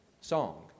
song